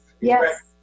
Yes